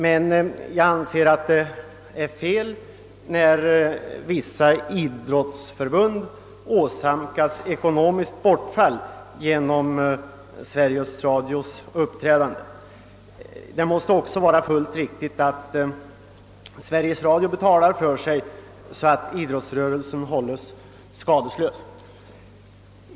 Men jag anser att det är fel när vissa idrottsförbund åsamkas inkomstbortfall genom Sveriges Radios uppträdande, Det måste vara fullt riktigt att Sveriges Radio betalar för sig, så att idrottsrörelsen hålles skadeslös.